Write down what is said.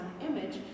image